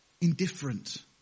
indifferent